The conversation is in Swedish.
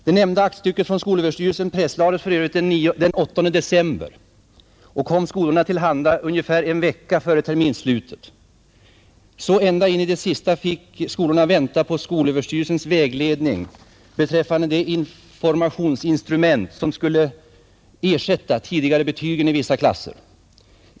Det nämnda aktstycket från skolöverstyrelsen presslades för övrigt den 8 december och kom skolorna till handa ungefär en vecka före terminsslutet. Så ända in i det sista fick skolorna vänta på skolöverstyrelsens vägledning beträffande det informationsinstrument som skulle ersätta de tidigare betygen i vissa klasser.